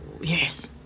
Yes